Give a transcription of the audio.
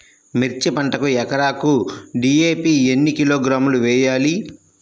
మిర్చి పంటకు ఎకరాకు డీ.ఏ.పీ ఎన్ని కిలోగ్రాములు వేయాలి?